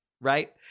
Right